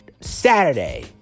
Saturday